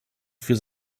für